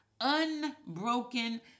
unbroken